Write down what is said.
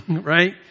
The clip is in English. right